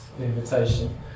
invitation